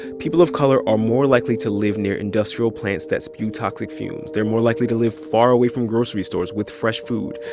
people of color are more likely to live near industrial plants that spew toxic fumes they're more likely to live far away from grocery stores with fresh food,